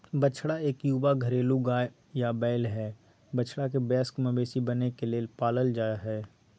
बछड़ा इक युवा घरेलू गाय या बैल हई, बछड़ा के वयस्क मवेशी बने के लेल पालल जा हई